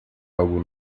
algo